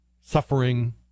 suffering